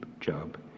job